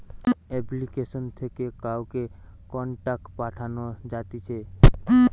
application থেকে কাউকে contact পাঠানো যাতিছে